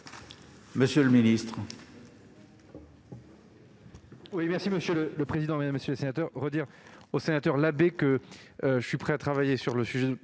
Monsieur le ministre,